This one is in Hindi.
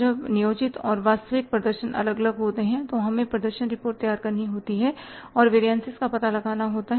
जब नियोजित और वास्तविक प्रदर्शन अलग अलग होते हैं तो हमें प्रदर्शन रिपोर्ट तैयार करनी होगी और वेरियनसिसका पता लगाना होता है